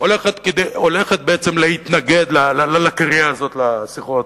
הולכת בעצם להתנגד לקריאה הזאת לשיחות,